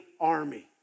army